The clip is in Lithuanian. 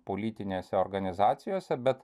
politinėse organizacijose bet